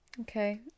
Okay